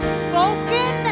spoken